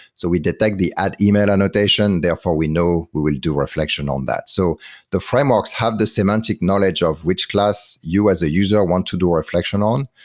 so we detect the ad email annotation. therefore we know we will do reflection on that. so the frameworks have the semantic knowledge of which class you as a user want to do a reflection on.